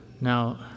Now